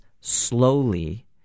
slowly